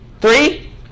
Three